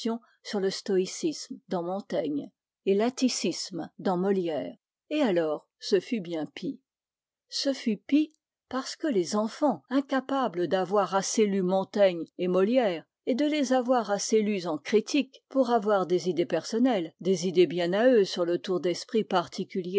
sur le stoïcisme dans montaigne et l'atticisme dans molière et alors ce fut bien pis ce fut pis parce que les enfants incapables d'avoir assez lu montaigne et molière et de les avoir assez lus en critiques pour avoir des idées personnelles des idées bien à eux sur le tour d'esprit